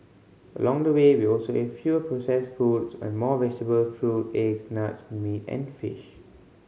along the way we also ate fewer processed foods and more vegetable fruit eggs nuts meat and fish